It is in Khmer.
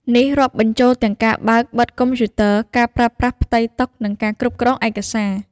នេះរាប់បញ្ចូលទាំងការបើក-បិទកុំព្យូទ័រ ការប្រើប្រាស់ផ្ទៃតុ និងការគ្រប់គ្រងឯកសារ។